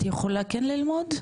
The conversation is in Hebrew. את יכולה כן ללמוד?